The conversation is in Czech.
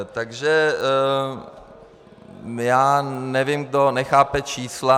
Takže já nevím, kdo nechápe čísla.